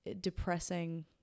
depressing